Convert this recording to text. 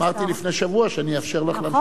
אמרתי לפני שבוע שאני אאפשר לך להמשיך.